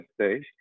stage